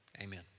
Amen